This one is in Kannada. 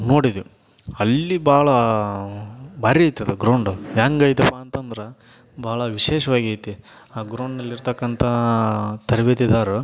ನೋಡಿದ್ದೇವೆ ಅಲ್ಲಿ ಭಾಳ ಭಾರೀ ಇತ್ತು ಅದು ಗ್ರೌಂಡು ಹೇಗೈತಪ್ಪ ಅಂತಂದ್ರೆ ಭಾಳ ವಿಶೇಷವಾಗಿ ಐತಿ ಆ ಗ್ರೌಂಡಲ್ಲಿರತಕ್ಕಂಥ ತರ್ಬೇತಿದಾರರು